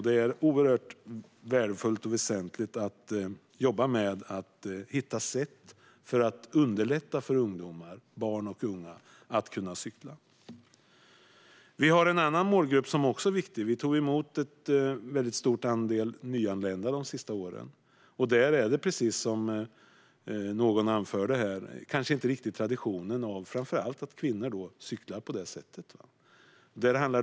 Det är oerhört värdefullt och väsentligt att jobba med att hitta sätt att underlätta för barn och unga att kunna cykla. Även en annan målgrupp är viktig. Vi har under de senaste åren tagit emot ett stort antal nyanlända. Precis som någon tidigare anförde har dessa kanske inte riktigt samma tradition av att cykla, och det gäller framför allt kvinnor.